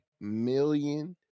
million